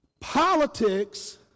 politics